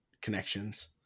connections